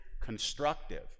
constructive